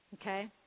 Okay